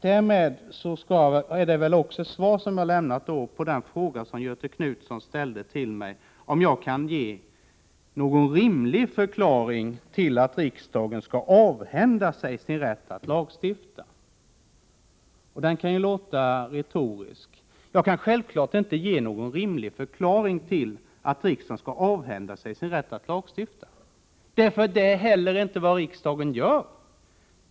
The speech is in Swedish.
Därmed har jag väl också svarat på den fråga som Göthe Knutson ställde till mig, om jag kan ge någon rimlig förklaring till att riksdagen skall avhända sig rätten att lagstifta. Den frågan låter retorisk — jag kan självfallet inte ge någon rimlig förklaring till att riksdagen skulle avhända sig denna rätt. Det är inte heller vad riksdagen gör.